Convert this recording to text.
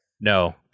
No